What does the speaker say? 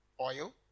Oil